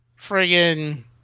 friggin